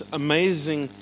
amazing